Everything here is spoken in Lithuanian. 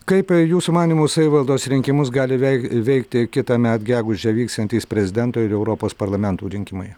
kaip jūsų manymu savivaldos rinkimus gali veik veikti kitąmet gegužę vyksiantys prezidento ir europos parlamentų rinkimai